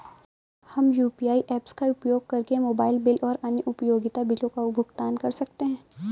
हम UPI apps का उपयोग करके मोबाइल बिल और अन्य उपयोगिता बिलों का भुगतान कर सकते हैं